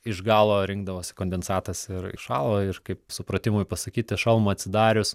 iš galo rinkdavosi kondensatas ir šalo ir kaip supratimui pasakyti šalmą atsidarius